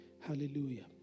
Hallelujah